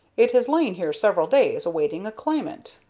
it has lain here several days, awaiting a claimant.